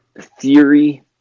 theory